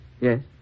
Yes